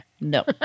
No